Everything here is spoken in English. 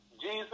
Jesus